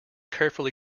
carefully